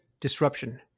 disruption